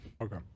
Okay